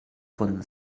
von